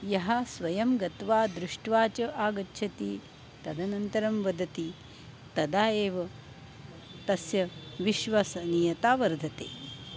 यः स्वयं गत्वा दृष्ट्वा च आगच्छति तदनन्तरं वदति तदा एव तस्य विश्वसनीयता वर्धते